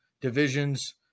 divisions